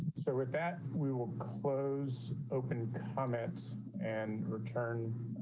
so with that we will close, open comments and return